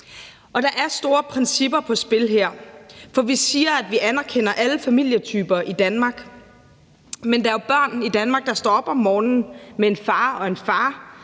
der er store principper på spil her. For vi siger, at vi anerkender alle familietyper i Danmark, men der er jo børn i Danmark, der står op om morgenen med en far og en far,